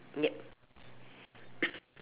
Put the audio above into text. yup